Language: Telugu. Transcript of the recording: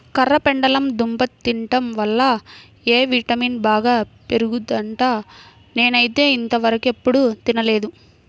కర్రపెండలం దుంప తింటం వల్ల ఎ విటమిన్ బాగా పెరుగుద్దంట, నేనైతే ఇంతవరకెప్పుడు తినలేదు